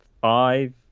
five